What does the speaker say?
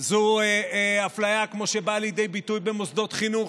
זו אפליה כמו שהיא באה לידי ביטוי במוסדות חינוך